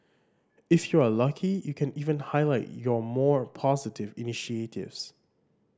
if you are lucky you can even highlight your more positive initiatives